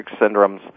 syndromes